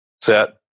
set